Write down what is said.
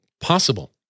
possible